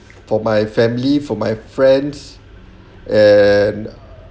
for my family for my friends and